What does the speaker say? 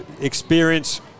experience